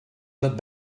that